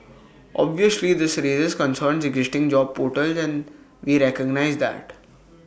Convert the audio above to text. obviously this raises concerns existing job portals and we recognise that